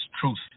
truth